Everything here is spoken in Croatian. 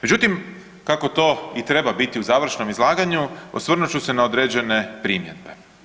Međutim, kako to i treba biti u završnom izlaganju osvrnut ću se na određene primjedbe.